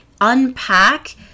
unpack